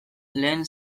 lehen